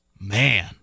Man